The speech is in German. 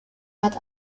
hat